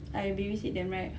I baby sit them right